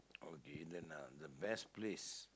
okay then uh the best place